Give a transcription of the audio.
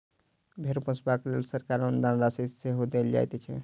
भेंड़ पोसबाक लेल सरकार अनुदान राशि सेहो देल जाइत छै